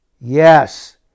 Yes